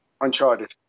Uncharted